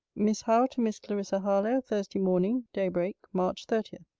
miss howe, to miss clarissa harlowe thursday morning, day-break, march thirty.